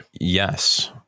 Yes